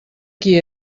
qui